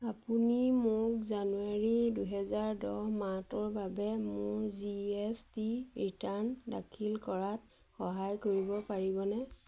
আপুনি মোক জানুৱাৰী দুহেজাৰ দহ মাহটোৰ বাবে মোৰ জি এছ টি ৰিটাৰ্ণ দাখিল কৰাত সহায় কৰিব পাৰিবনে